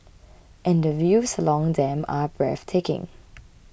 and the views along them are breathtaking